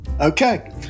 Okay